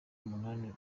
umunani